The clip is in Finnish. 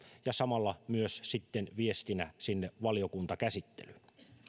ja samalla sitten viestinä valiokuntakäsittelyyn